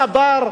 צבר,